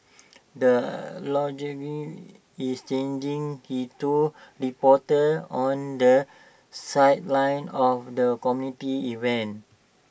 the algorithm is changing he told reporters on the sidelines of the community event